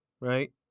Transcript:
right